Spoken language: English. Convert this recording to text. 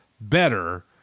better